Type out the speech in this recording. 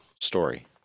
story